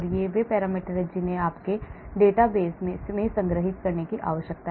ये वे पैरामीटर हैं जिन्हें आपके डेटाबेस में संग्रहीत करने की आवश्यकता है